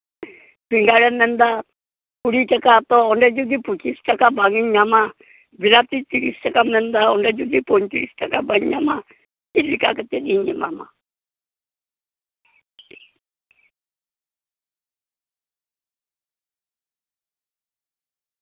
ᱵᱮᱸᱜᱟᱲᱮᱢ ᱢᱮᱱᱫᱟ ᱠᱩᱲᱤ ᱴᱟᱠᱟ ᱛᱚ ᱚᱸᱰᱮ ᱡᱩᱫᱤ ᱯᱚᱸᱪᱤᱥ ᱴᱟᱠᱟ ᱵᱟᱝ ᱤᱧ ᱧᱟᱢᱟ ᱵᱤᱞᱟᱛᱤ ᱛᱤᱨᱤᱥ ᱴᱟᱠᱟ ᱢᱮᱱᱫᱮ ᱚᱸᱰᱮ ᱡᱩᱫᱤ ᱯᱚᱸᱭᱛᱨᱤᱥ ᱴᱟᱠᱟ ᱵᱟᱹᱧ ᱧᱟᱢᱟ ᱪᱮᱫᱞᱮᱠᱟ ᱠᱟᱛᱮ ᱤᱧ ᱮᱢᱟᱢᱟ